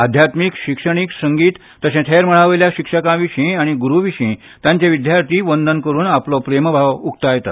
आध्यात्मीक शिक्षणीक संगीत तशेंच हेर मळा वयल्या शिक्षकां विशीं आनी गुरू विशीं तांचे विद्यार्थी वंदन करून आपलो प्रेमभाव उकतायतात